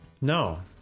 no